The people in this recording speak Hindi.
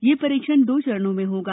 यह परीक्षण दो चरणों में होगा